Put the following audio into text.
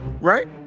right